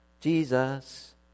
Jesus